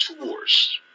tours